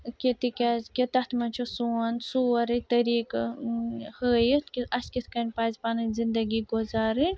کہِ تِکیٛازِ کہِ تَتھ منٛز چھُ سون سورٕے طٔریٖقہٕ ہٲیِتھ کہِ اسہِ کِتھ کٔنۍ پَزِ پَنٕنۍ زِندگی گُزارٕنۍ